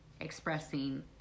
expressing